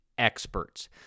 experts